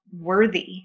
worthy